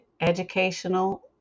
educational